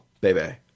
baby